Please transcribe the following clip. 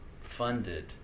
funded